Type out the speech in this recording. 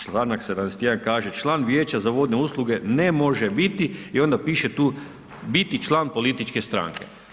Članak 71. kaže: „Član Vijeća za vodne usluge ne može biti…“, i onda piše tu: „…biti član političke stranke.